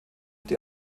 die